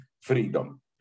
freedom